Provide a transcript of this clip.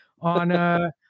on